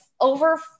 over